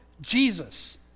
Jesus